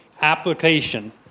application